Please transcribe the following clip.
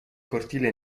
cortile